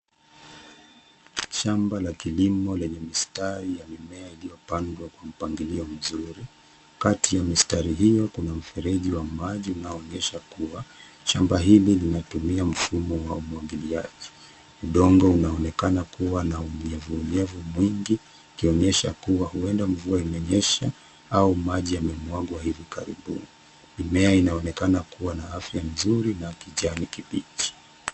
Shamba la kilimo lenye mistari ya mimea iliyopandwa mpangilio mzuri. Kati ya mistari hiyo kuna mfereji wa maji unaonyesha kuwa shamba hili linatumia mfumo wa umwagiliaji. Udongo unaonekana kuwa na unyevunyevu mwingi ukionyesha kuwa huenda mvua imenyesha au maji yamemwagwa hivi karibuni. Mimea inaonekana kuwa na afya nzuri na kijani kibichi.